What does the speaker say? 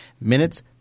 Minutes